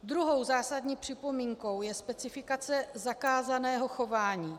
Druhou zásadní připomínkou je specifikace zakázaného chování.